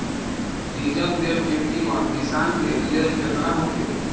Diesel तेल के किमत किसान के लेल केतना होखे?